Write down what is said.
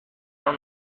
اون